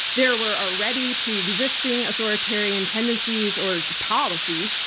there were already pre-existing authoritarian tendencies, or policies,